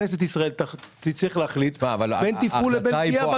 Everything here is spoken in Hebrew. כנסת ישראל תצטרך להחליט בין תפעול לבין פגיעה במענק.